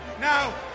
Now